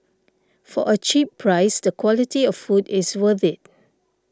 for a cheap price the quality of food is worth it